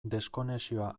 deskonexioa